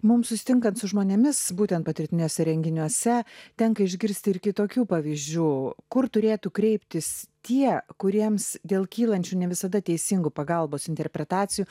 mums susitinkant su žmonėmis būtent patirtiniuose renginiuose tenka išgirsti ir kitokių pavyzdžių kur turėtų kreiptis tie kuriems dėl kylančių ne visada teisingų pagalbos interpretacijų